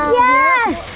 yes